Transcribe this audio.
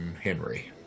Henry